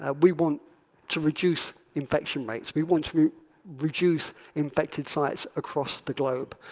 and we want to reduce infection rates. we want to reduce infected sites across the globe.